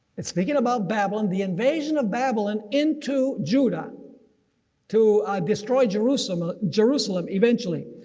is speaking about babylon, the invasion of babylon into judah to destroy jerusalem, ah jerusalem eventually.